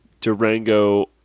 Durango